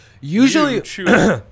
Usually